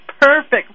perfect